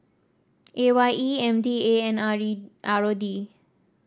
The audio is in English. A Y E M D A and R R O D